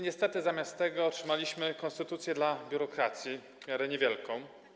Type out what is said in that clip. Niestety zamiast tego otrzymaliśmy konstytucję dla biurokracji, w miarę niewielką.